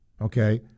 okay